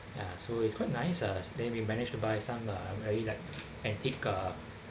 ya so it was quite nice uh then we managed to buy some uh very like antique uh